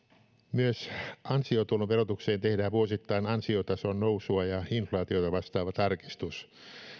myös ansiotuloverotukseen tehdään vuosittain ansiotason nousua ja inflaatiota vastaava tarkistus